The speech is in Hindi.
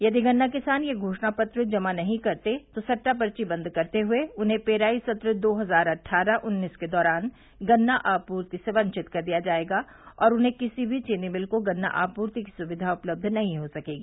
यदि गन्ना किसान यह घोषणा पत्र जमा नहीं करते तो सट्टा पर्वी बंद करते हुए उन्हें पेराई सत्र दो हजार अट्ठारह उन्नीस के दौरान गन्ना आपूर्ति से वंवित कर दिया जायेगा और उन्हें किसी भी चीनी मिल को गन्ना आपूर्ति की सुविधा उपलब्ध नहीं हो सकेगी